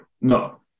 No